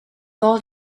all